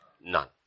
none